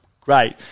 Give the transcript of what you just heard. great